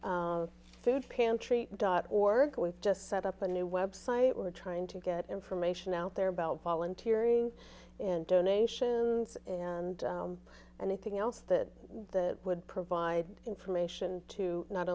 pantry dot org we just set up a new website we're trying to get information out there about volunteering and donations and and the thing else that that would provide information to not